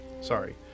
sorry